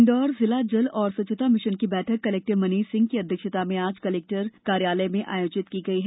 इंदौर जिला जल एवं स्वच्छता मिशन की बैठक कलेक्टर मनीष सिंह की अध्यक्षता में आज कलेक्टर कलेक्टर कार्यालय में आयोजित की गई है